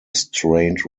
strained